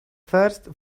first